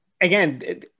again